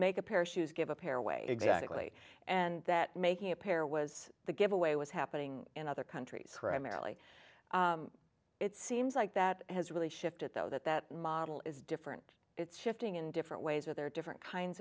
make a pair of shoes gave a pair way exactly and that making a pair was the giveaway was happening in other countries primarily it seems like that has really shifted though that that model is different it's shifting in different ways are there different kinds